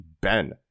Ben